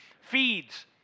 feeds